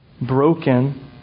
broken